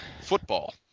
Football